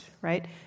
right